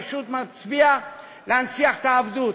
פשוט מצביע על להנציח את העבדות.